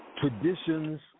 traditions